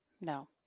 No